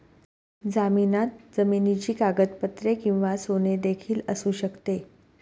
जामिनात जमिनीची कागदपत्रे किंवा सोने देखील असू शकते